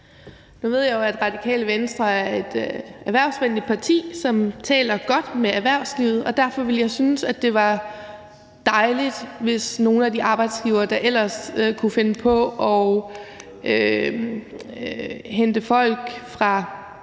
Nu ved jeg jo, at Radikale Venstre er et erhvervsvenligt parti, som taler godt med erhvervslivet, og derfor vil jeg sige, at jeg synes, at det ville være dejligt, hvis nogle af de arbejdsgivere, der ellers kunne finde på at hente folk udefra